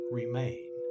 remain